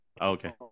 Okay